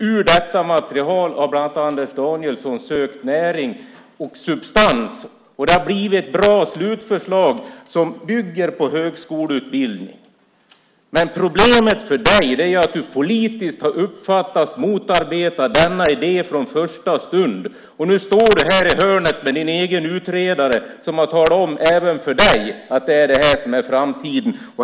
Ur detta material har Anders Danielsson sökt näring och substans. Det har blivit bra slutförslag som bygger på en högskoleutbildning. Problemet för dig är att du politiskt har uppfattats motarbeta denna idé från första stund. Nu står du här i hörnet med din egen utredare som har talat om även för dig att detta är framtiden.